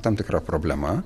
tam tikra problema